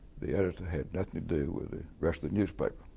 the editor had nothing to do with the rest of the newspaper,